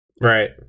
right